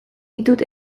ditut